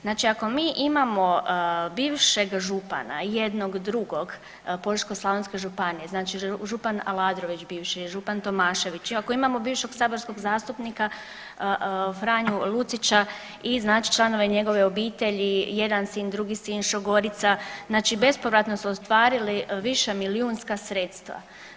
Znači ako mi imamo bivšeg župana jednog drugog Požeško-slavonske županije, znači župan Aladrović bivši, župan Tomašević i ako imamo bivšeg saborskog zastupnika Franju Lucića i znači članove njegove obitelji, jedan sin, drugi sin, šogorica, znači bespovratno su ostvarili višemilijunska sredstava.